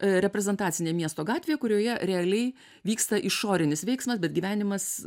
reprezentacinė miesto gatvė kurioje realiai vyksta išorinis veiksmas bet gyvenimas